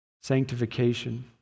sanctification